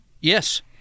Yes